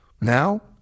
Now